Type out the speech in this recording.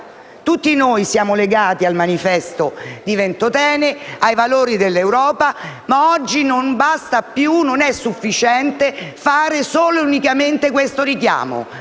Tutti noi siamo legati al Manifesto di Ventotene e ai valori dell'Europa, ma oggi non basta più, non è sufficiente fare solo e unicamente questo richiamo.